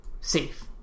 safe